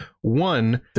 One